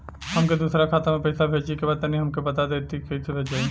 हमके दूसरा खाता में पैसा भेजे के बा तनि हमके बता देती की कइसे भेजाई?